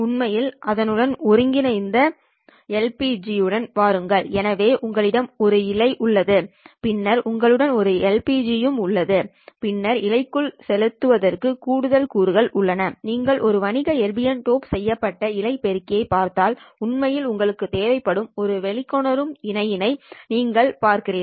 உண்மையில் அதனுடன் ஒருங்கிணைந்த LPG உடன் வாருங்கள் எனவே உங்களிடம் ஒரு இழை உள்ளது பின்னர் உங்களுடம் ஒரு LPG ம் உள்ளது பின்னர் இழைக்குள் செல்வதற்கு கூடுதல் கூறுகள் உள்ளது நீங்கள் ஒரு வணிக எர்பியம் டோப் செய்யப்பட்ட இழை பெருக்கிகளைப் பார்த்தால் உண்மையில் உங்களுக்கு தேவைப்படும் ஒரு வெளிக்கொணரும் இணையியை நீங்கள் பார்க்கீர்கள்